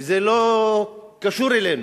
כי זה לא קשור אלינו.